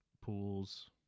pools